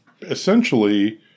essentially